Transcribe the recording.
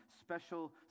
special